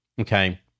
okay